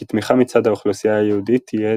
כי תמיכה מצד האוכלוסייה היהודית תהיה